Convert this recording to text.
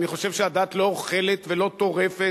אני חושב שהדת לא אוכלת ולא טורפת,